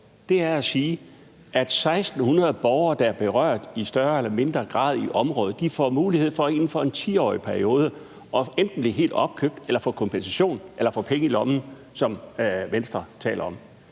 for, er at sige, at 1.600 borgere, der er berørt i større eller mindre grad, i området får mulighed for inden for en 10-årig periode enten at blive helt opkøbt eller få kompensation eller få penge i lommen, som Venstre taler om.